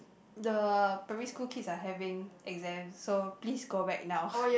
the primary school kids are having exams so please go back now